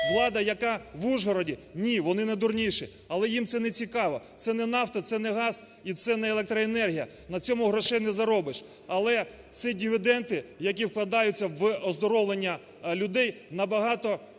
влада, яка в Ужгороді? Ні, вони не дурніші, але їм це нецікаво, це не нафта, це не газ і це не електроенергія, на цьому грошей не заробиш. Але це дивіденди, які вкладаються в оздоровлення людей набагато